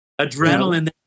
adrenaline